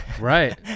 right